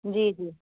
जी जी